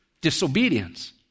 disobedience